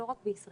לא רק בישראל,